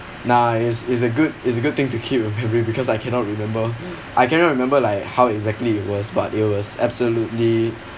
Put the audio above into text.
now it's it's a good it's a good thing to keep in your memory because I cannot remember I cannot remember like how exactly it was but it was absolutely